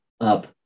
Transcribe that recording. up